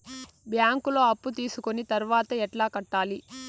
బ్యాంకులో అప్పు తీసుకొని తర్వాత ఎట్లా కట్టాలి?